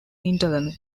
hinterland